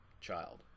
child